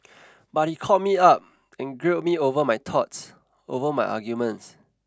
but he called me up and grilled me over my thoughts over my arguments